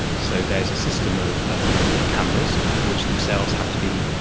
so there's a system of um cameras which themselves have to be,